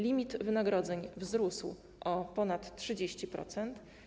Limit wynagrodzeń wzrósł o ponad 30%.